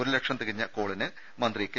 ഒരു ലക്ഷം തികഞ്ഞ കോളിന് മന്ത്രി കെ